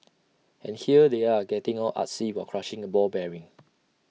and here they are getting all artsy while crushing A ball bearing